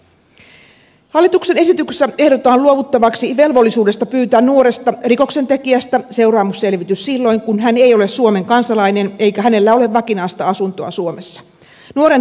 hallituksen esityksessä ehdotetaan luovuttavaksi velvollisuudesta pyytää nuoresta rikoksentekijästä seuraamusselvitys silloin kun hän ei ole suomen kansalainen eikä hänellä ole vakinaista asuntoa suomessa